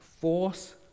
force